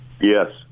Yes